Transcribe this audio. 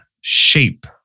shape